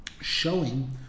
showing